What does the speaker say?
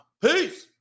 Peace